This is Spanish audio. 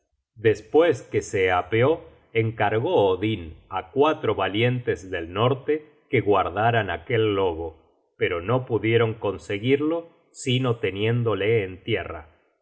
despues que se apeó encargó odin á cuatro valientes del norte que guardaran aquel lobo pero no pudieron conseguirlo sino tendiéndole en tierra